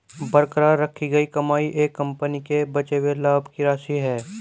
बरकरार रखी गई कमाई एक कंपनी के बचे हुए लाभ की राशि है